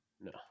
No